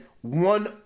one